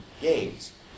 games